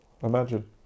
Imagine